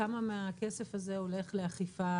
כמה מהכסף הזה הולך לאכיפה,